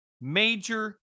Major